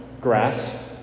grass